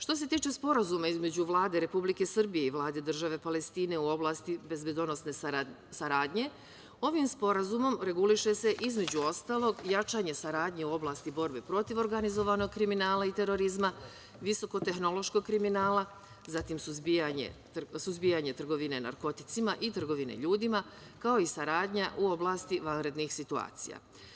Što se tiče Sporazuma između Vlade Republike Srbije i Vlade države Palestine u oblasti bezbednosne saradnje ovim Sporazumom reguliše se između ostalog jačanje saradnje u oblasti borbe protiv organizovanog kriminala i terorizma, visoko tehnološkog kriminala, zatim suzbijanje trgovine narkoticima i trgovine ljudima, kao i saradnja u oblasti vanrednih situacija.